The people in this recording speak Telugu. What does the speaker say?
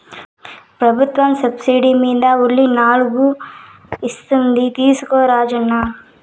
ప్రభుత్వం సబ్సిడీ మీద ఉలి నాగళ్ళు ఇస్తోంది తీసుకో రాజన్న